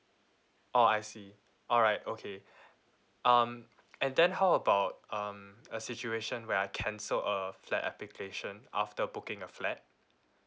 orh I see alright okay um and then how about um a situation where I cancel a flat application after booking a flat